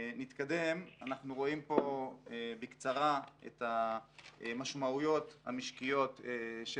אנחנו רואים פה את המשמעויות המשקיות של